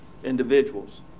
individuals